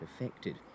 affected